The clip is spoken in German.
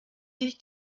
sich